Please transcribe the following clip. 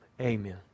amen